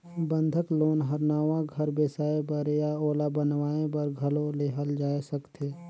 बंधक लोन हर नवा घर बेसाए बर या ओला बनावाये बर घलो लेहल जाय सकथे